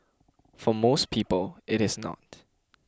for most people it is not